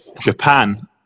Japan